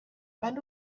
van